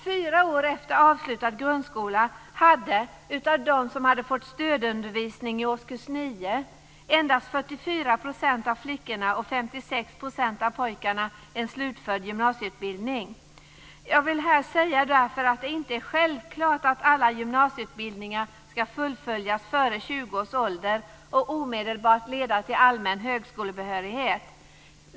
Fyra år efter avslutad grundskola hade av dem som fått stödundervisning i årskurs 9 endast 44 % av flickorna och 56 % Jag vill här säga att det inte är självklart att alla gymnasieutbildningar ska fullföljas före 20 års ålder och omedelbart leda till allmän högskolebehörighet.